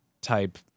type